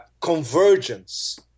convergence